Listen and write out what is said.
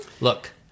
look